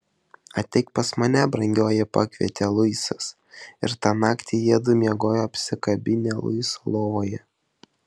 ateik pas mane brangioji pakvietė luisas ir tą naktį jiedu miegojo apsikabinę luiso lovoje